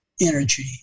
energy